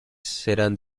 serán